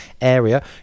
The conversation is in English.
area